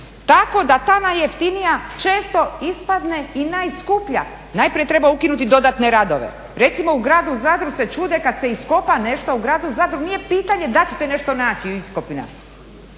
tako da ta najjeftinija često ispadne i najskuplja. Najprije treba ukinuti dodatne radove. Recimo u gradu Zadru se čude kad se iskopa nešto, u gradu Zadru nije pitanje da li ćete nešto naći iskopina,